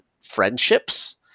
friendships